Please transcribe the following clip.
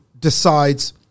decides